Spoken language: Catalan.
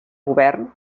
govern